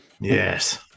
yes